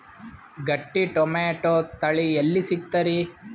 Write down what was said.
ಗಟ್ಟಿ ಟೊಮೇಟೊ ತಳಿ ಎಲ್ಲಿ ಸಿಗ್ತರಿ?